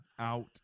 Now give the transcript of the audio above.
out